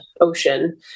ocean